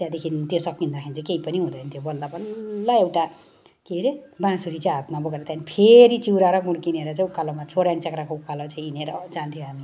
त्यहाँदेखि त्यो सँकिदाखेरि केही पनि हुँदैन थियो बल्ल बल्ल एउटा के अरे बाँसुरी चाहिँ हातमा बोकेर त्यहाँ देखि फेरि चिउरा र गुड किनेर उकालोमा छोडेन् च्याङ्ग्रा उकालो हिँडेर जान्थ्यो हामी